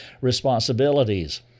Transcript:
responsibilities